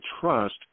trust